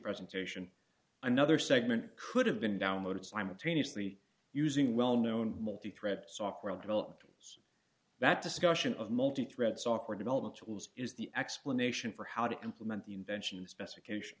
presentation another segment could have been downloaded simultaneously using well known multithread software developers that discussion of multithread software development tools is the explanation for how to implement the invention of the specification